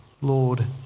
Lord